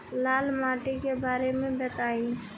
लाल माटी के बारे में बताई